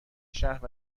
شهر